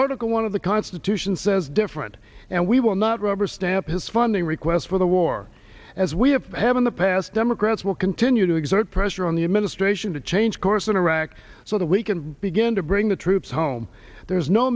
article one of the constitution says different and we will not rubber stamp his funding request for the war as we have had in the past democrats will continue to exert pressure on the administration to change course in iraq so that we can begin to bring the troops home there's no